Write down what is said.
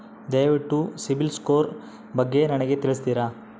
ದಯವಿಟ್ಟು ಸಿಬಿಲ್ ಸ್ಕೋರ್ ಬಗ್ಗೆ ನನಗೆ ತಿಳಿಸ್ತೀರಾ?